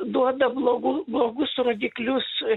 duoda blogų blogus rodiklius